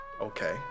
okay